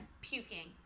Puking